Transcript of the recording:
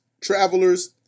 travelers